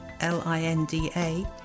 L-I-N-D-A